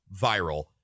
viral